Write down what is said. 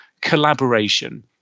collaboration